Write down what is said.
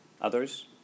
Others